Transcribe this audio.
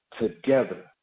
together